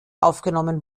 aufgenommen